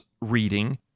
reading